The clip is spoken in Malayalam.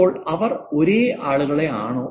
അപ്പോൾ അവർ ഒരേ ആളുകളാണോ